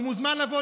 הוא מוזמן לבוא,